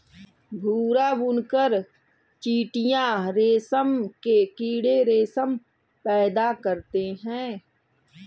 भूरा बुनकर चीटियां रेशम के कीड़े रेशम पैदा करते हैं